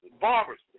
barbers